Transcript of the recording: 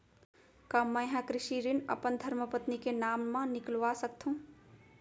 का मैं ह कृषि ऋण अपन धर्मपत्नी के नाम मा निकलवा सकथो?